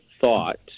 thought